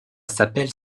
s’appelle